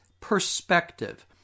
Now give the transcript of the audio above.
perspective